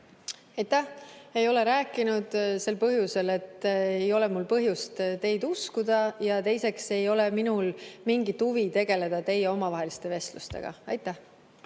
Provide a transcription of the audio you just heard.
sellest] rääkinud sel põhjusel, et mul ei ole põhjust teid uskuda, ja teiseks, ei ole minul mingit huvi tegeleda teie omavaheliste vestlustega. Aitäh!